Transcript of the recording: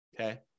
Okay